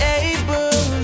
able